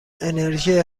انرژی